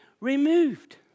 removed